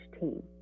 team